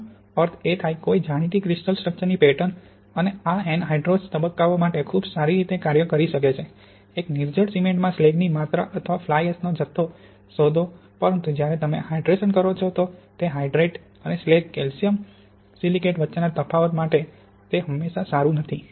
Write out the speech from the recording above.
આનુ અર્થ એ થાય કોઈ જાણીતી ક્રિસ્ટલ સ્ટ્રક્ચરની પેટર્ન અને આ એનહાઇડ્રોસ તબક્કાઓ માટે ખૂબ સારી રીતે કાર્ય કરી શકે છે એક નિર્જળ સિમેન્ટમાં સ્લેગની માત્રા અથવા ફ્લાય એશનો જથ્થો શોધો પરંતુ જ્યારે તમે હાઇડ્રેશન કરો છો તો તે હાઇડ્રેટ અને સ્લેગ કેલ્શિયમ સિલિકેટ વચ્ચેના તફાવત માટે તે હંમેશાં સારું નથી